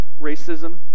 Racism